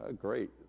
Great